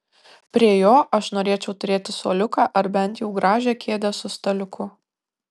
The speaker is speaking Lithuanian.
prie jo aš norėčiau turėti suoliuką ar bent jau gražią kėdę su staliuku